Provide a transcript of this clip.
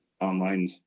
online